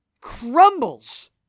crumbles